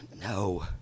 no